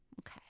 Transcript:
Okay